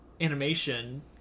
animation